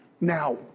now